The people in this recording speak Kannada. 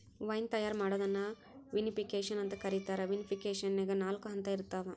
ವೈನ್ ತಯಾರ್ ಮಾಡೋದನ್ನ ವಿನಿಪಿಕೆಶನ್ ಅಂತ ಕರೇತಾರ, ವಿನಿಫಿಕೇಷನ್ನ್ಯಾಗ ನಾಲ್ಕ ಹಂತ ಇರ್ತಾವ